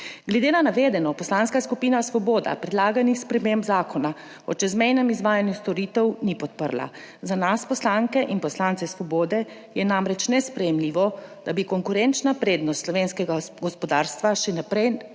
Glede na navedeno Poslanska skupina Svoboda predlaganih sprememb Zakona o čezmejnem izvajanju storitev ni podprla. Za nas poslanke in poslance Svobode je namreč nesprejemljivo, da bi konkurenčna prednost slovenskega gospodarstva še naprej